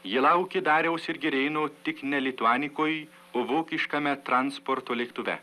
jie laukė dariaus ir girėno tik ne lituanikoj o vokiškame transporto lėktuve